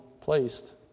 placed